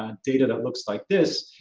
ah data that looks like this.